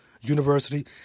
University